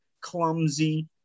clumsy